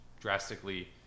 drastically